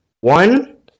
one